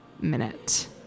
minute